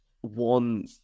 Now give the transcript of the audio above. one